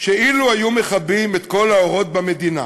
שאילו היו מכבים את כל האורות במדינה